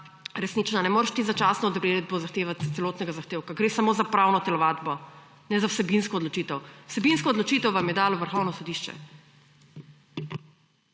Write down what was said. resnična. Ne moreš ti začasno odredbo zahtevati celotnega zahtevka. Gre samo za pravno telovadbo, ne za vsebinsko odločitev. Vsebinsko odločitev vam je dalo Vrhovno sodišče.